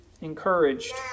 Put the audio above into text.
encouraged